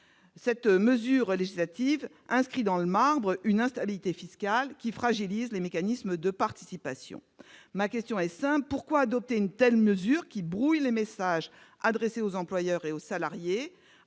cette mesure législative, on inscrit dans le marbre une instabilité fiscale qui fragilise les mécanismes de participation. Ma question est simple : pourquoi adopter une telle mesure, qui brouille les messages adressés aux employeurs et aux salariés,